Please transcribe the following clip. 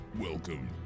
Welcome